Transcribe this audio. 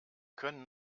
können